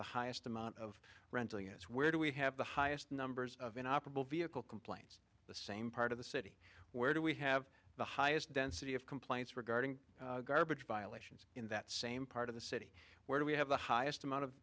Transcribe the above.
the highest amount of rental units where do we have the highest numbers of an operable vehicle complains the same part of the city where do we have the highest density of complaints regarding garbage violations in that same part of the city where we have the highest amount of